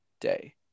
day